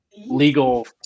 legal